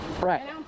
right